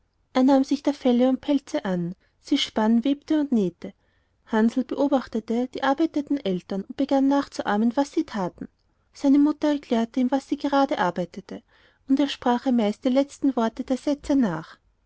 er nahm sich der felle und pelze an sie spann webte und nähte hansl beobachtete die arbeitenden eltern und begann nachzuahmen was sie taten seine mutter erklärte ihm was sie gerade arbeitete und er sprach ihr meist die letzten wörter der sätze nach